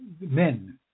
Men